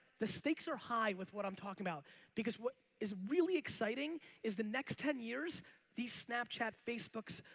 the stakes are high with what i'm talking about because what is really exciting is the next ten years the snapchat, facebooks,